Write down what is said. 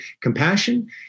compassion